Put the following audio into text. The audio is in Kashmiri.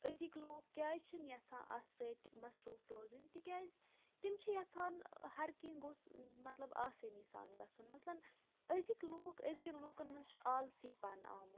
أزِکۍ لوٗکھ کیازِ چھِنہٕ یَژھان اَتھ سۭتۍ مَصروٗف روزٕنۍ تِکیاز تِم چھِ یَژھان ہَر کینٛہہ گوٚژھ مَطلب آسٲنی سان گَژھُن مَثلن أزِکۍ لوٗکھ أزکین لوٗکَن منٛز چھِ آلسیٖپن آمُت